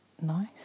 nice